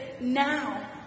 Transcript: now